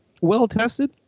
well-tested